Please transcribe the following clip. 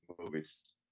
movies